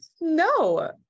no